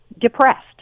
depressed